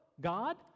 God